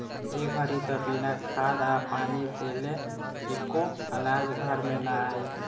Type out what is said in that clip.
ए घड़ी त बिना खाद आ पानी देले एको अनाज घर में ना आई